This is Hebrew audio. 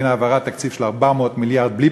בין העברת תקציב של 400 מיליארד בלי